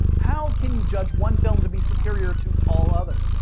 how can you judge one film to be superior to all others?